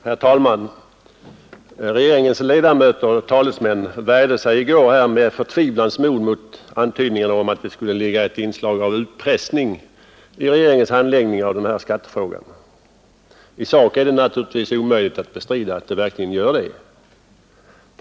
Herr talman! Regeringens ledamöter och talesmän värjde sig i går med förtvivlans mod mot antydningar om att det skulle finnas ett inslag av utpressning i regeringens handläggning av denna skattefråga. I sak är det naturligtvis omöjligt att bestrida att det verkligen gör det.